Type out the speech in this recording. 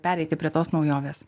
pereiti prie tos naujovės